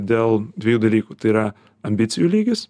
dėl dviejų dalykų tai yra ambicijų lygis